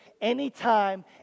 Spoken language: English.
anytime